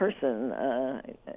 person